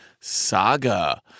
saga